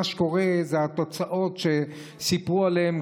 מה שקורה זה התוצאות שסיפרו עליהן,